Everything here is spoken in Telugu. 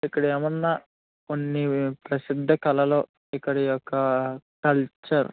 ఇక్కడ ఏమైనా కొన్ని ప్రసిద్ధ కళలు ఇక్కడ యొక్క కల్చర్